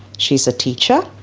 she's a teacher.